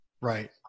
Right